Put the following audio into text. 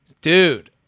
dude